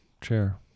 chair